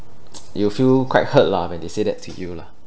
you will feel quite hurt lah when they say that to you lah